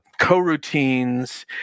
coroutines